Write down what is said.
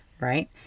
right